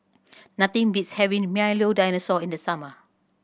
nothing beats having Milo Dinosaur in the summer